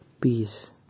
Peace